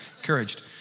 encouraged